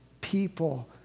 people